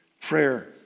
prayer